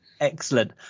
Excellent